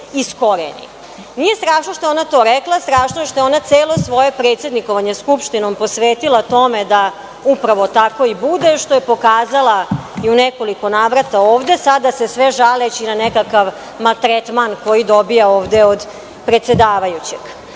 Nije strašno što je ona to rekla, strašno je što ona celo svoje predsednikovanje Skupštinom posvetila tome da upravo tako i bude, što je pokazala i u nekoliko navrata ovde sada se sve žaleći na nekakav ma tretman koji dobija ovde od predsedavajućeg. Maja